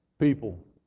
People